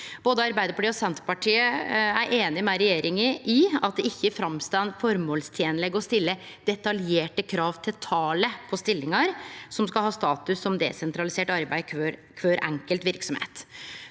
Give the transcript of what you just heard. Arbeidarpartiet og Senterpartiet er einige med regjeringa i at det ikkje er formålstenleg å stille detaljerte krav til talet på stillingar som skal ha status som desentralisert arbeid i kvar enkelt verksemd.